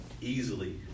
easily